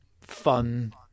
fun